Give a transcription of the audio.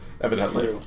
evidently